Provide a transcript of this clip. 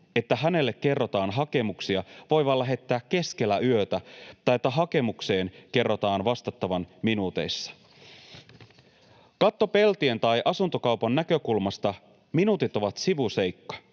että hänelle kerrotaan, että hakemuksia voi lähettää keskellä yötä tai että hakemukseen kerrotaan vastattavan minuuteissa. Kattopeltien tai asuntokaupan näkökulmasta minuutit ovat sivuseikka,